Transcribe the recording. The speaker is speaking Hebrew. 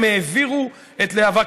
הם העבירו את להב"ה,